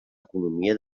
economia